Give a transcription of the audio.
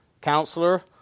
Counselor